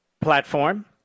platform